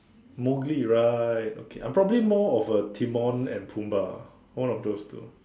Mowgli right okay I'm probably more of a Timon and Pumbaa one of those two